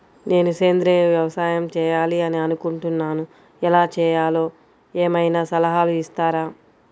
నేను సేంద్రియ వ్యవసాయం చేయాలి అని అనుకుంటున్నాను, ఎలా చేయాలో ఏమయినా సలహాలు ఇస్తారా?